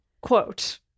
quote